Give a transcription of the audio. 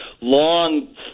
long